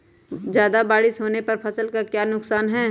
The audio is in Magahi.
ज्यादा बारिस होने पर फसल का क्या नुकसान है?